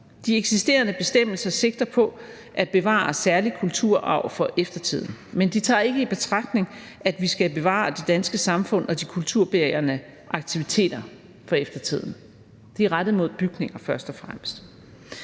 De eksisterende bestemmelser sigter på at bevare særlig kulturarv for eftertiden, men de tager ikke i betragtning, at vi skal bevare det danske samfund og de kulturbærende aktiviteter for eftertiden. De er først og fremmest